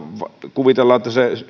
kuvitellaan että